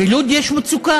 בלוד יש מצוקה.